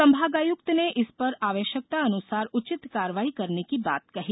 संभागायुक्त ने इस पर आवश्यकतानुसार उचित कार्रवाई करने की बात कही